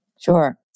Sure